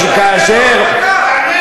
גם הערבים מותר להם לבנות בתים,